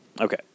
Okay